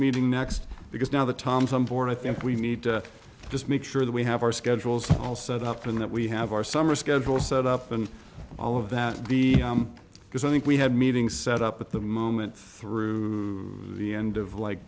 meeting next because now the tom tom board i think we need to just make sure that we have our schedules all set up and that we have our summer schedule set up and all of that because i think we have meeting set up at the moment through the end of like